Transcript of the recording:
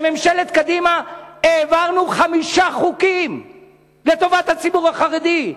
בממשלת קדימה העברנו חמישה חוקים לטובת הציבור החרדי.